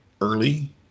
Early